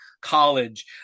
college